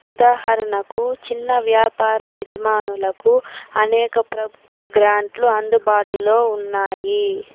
ఉదాహరణకు చిన్న వ్యాపార యజమానులకు అనేక ప్రభుత్వ గ్రాంట్లు అందుబాటులో ఉన్నాయి